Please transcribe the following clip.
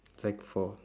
sec four